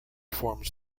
forms